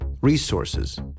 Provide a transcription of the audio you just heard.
resources